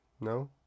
No